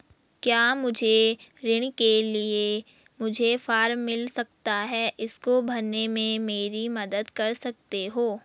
क्या मुझे ऋण के लिए मुझे फार्म मिल सकता है इसको भरने में मेरी मदद कर सकते हो?